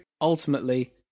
Ultimately